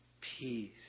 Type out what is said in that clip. peace